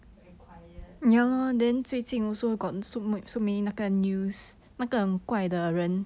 very quiet suddenly